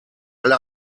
alle